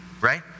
Right